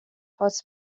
هات